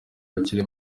bakire